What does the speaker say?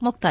ಮುಕ್ತಾಯ